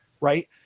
right